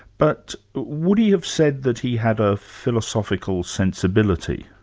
but would he have said that he had a philosophical sensibility?